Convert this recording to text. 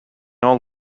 all